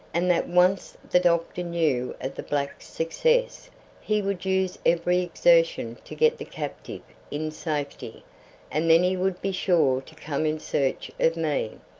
and that once the doctor knew of the black's success he would use every exertion to get the captive in safety and then he would be sure to come in search of me.